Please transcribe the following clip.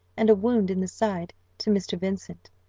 and a wound in the side to mr. vincent,